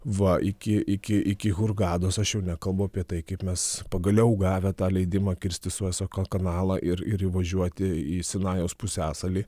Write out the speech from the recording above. va iki iki iki hurgados aš jau nekalbu apie tai kaip mes pagaliau gavę tą leidimą kirsti sueco kanalą ir ir įvažiuoti į sinajaus pusiasalį